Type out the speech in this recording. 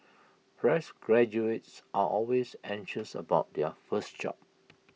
fresh graduates are always anxious about their first job